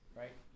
right